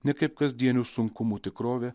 ne kaip kasdienių sunkumų tikrovė